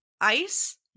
Ice